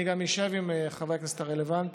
אני גם אשב עם חברי הכנסת הרלוונטיים.